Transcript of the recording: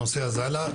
הנושא הזה עלה.